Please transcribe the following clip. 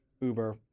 Uber